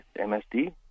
MSD